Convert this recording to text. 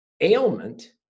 ailment